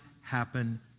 happen